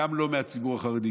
גם לא מהציבור החרדי,